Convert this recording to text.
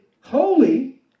holy